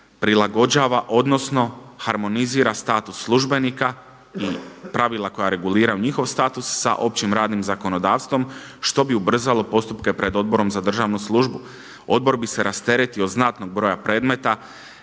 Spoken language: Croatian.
prilagođava, odnosno harmonizira status službenika i pravila koja reguliraju njihov status sa općim radnim zakonodavstvom što bi ubrzalo postupke pred Odborom za državnu službu. Odbor bi se rasteretio znatnog broja predmeta